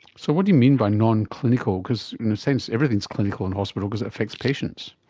so what do you mean by nonclinical, because in a sense everything is clinical in hospital because it affects patients.